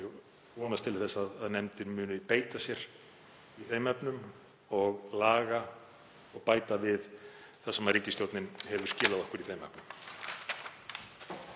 Ég vonast til að nefndin muni beita sér í þeim efnum og laga og bæta við það sem ríkisstjórnin hefur skilað okkur í þeim efnum.